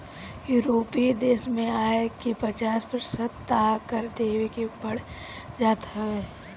यूरोपीय देस में आय के पचास प्रतिशत तअ कर देवे के पड़ जात हवे